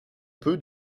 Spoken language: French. peut